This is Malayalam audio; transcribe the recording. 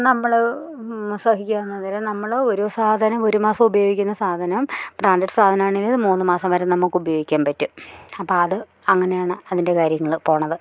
നമ്മള് സഹിക്കുക എന്നത് നമ്മള് ഒരു സാധനം ഒരു മാസം ഉപയോഗിക്കുന്ന സാധനം ബ്രാൻഡഡ് സാധനമാണെങ്കില് മൂന്ന് മാസം വരെ നമുക്ക് ഉപയോഗിക്കാൻ പറ്റും അപ്പം അത് അങ്ങനെയാണ് അതിൻ്റെ കാര്യങ്ങള് പോകുന്നത്